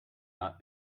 not